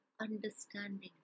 understanding